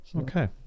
okay